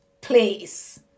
place